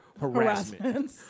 harassment